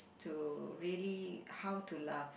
to really how to laugh